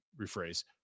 rephrase